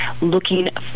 looking